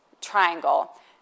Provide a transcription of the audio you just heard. triangle